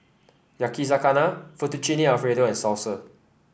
Yakizakana Fettuccine Alfredo and Salsa